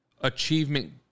achievement